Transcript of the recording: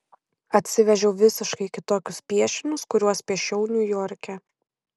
atsivežiau visiškai kitokius piešinius kuriuos piešiau niujorke